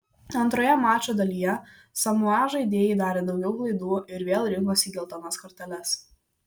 antroje mačo dalyje samoa žaidėjai darė daugiau klaidų ir vėl rinkosi geltonas korteles